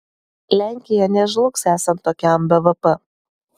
lenkija nežlugs esant tokiam bvp